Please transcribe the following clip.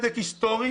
היסטורי